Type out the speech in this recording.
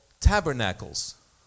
Tabernacles